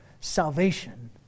salvation